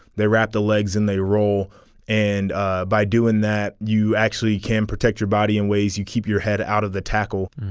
they wrap the legs and they roll and ah by doing that you actually can protect your body in ways you keep your head out of the tackle.